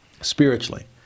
spiritually